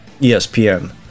ESPN